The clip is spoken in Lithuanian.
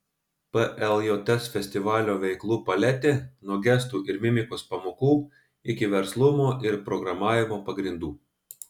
pljs festivalio veiklų paletė nuo gestų ir mimikos pamokų iki verslumo ir programavimo pagrindų